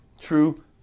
true